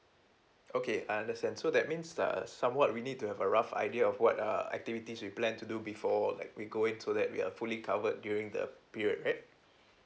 okay I understand so that means err somewhat we need to have a rough idea of what err activities we plan to do before like we going so that we're fully covered during the period right